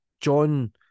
John